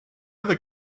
other